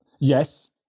Yes